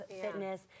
fitness